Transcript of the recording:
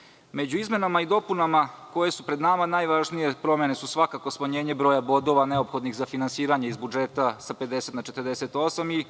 domu.Među izmenama i dopunama koje su pred nama, najvažnije promene su svakako smanjenje broja bodova neophodnih za finansiranje iz budžeta sa 50 na 48 i